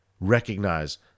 recognize